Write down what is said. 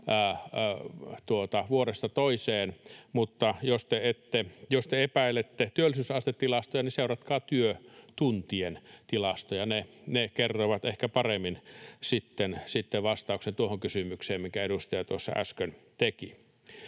vuodesta toiseen — mutta jos te epäilette työllisyysastetilastoja, niin seuratkaa työtuntien tilastoja: ne kertovat ehkä paremmin sitten vastauksen tuohon kysymykseen, minkä edustaja tuossa äsken teki.